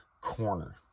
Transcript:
corner